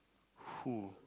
who